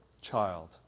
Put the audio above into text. child